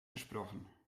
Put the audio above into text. gesprochen